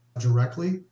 directly